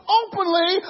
openly